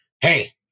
Hey